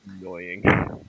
Annoying